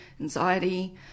anxiety